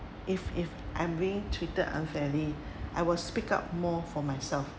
if if I'm being treated unfairly I will speak up more for myself